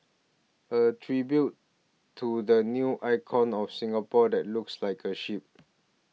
a tribute to the new icon of Singapore that looks like a ship